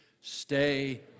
stay